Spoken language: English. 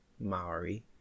Maori